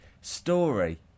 story